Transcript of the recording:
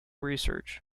research